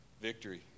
victory